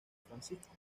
francisco